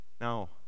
Now